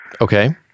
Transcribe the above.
Okay